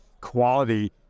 quality